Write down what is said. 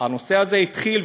הנושא הזה התחיל,